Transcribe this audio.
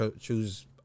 choose